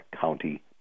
County